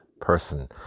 person